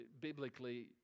biblically